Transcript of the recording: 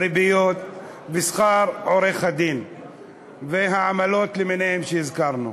הריביות, שכר עורך-הדין והעמלות למיניהן שהזכרנו.